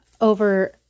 over